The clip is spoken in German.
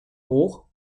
hoch